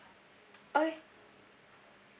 okay